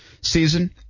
season